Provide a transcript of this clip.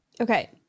okay